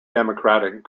democratic